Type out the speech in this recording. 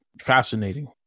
fascinating